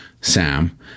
Sam